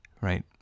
right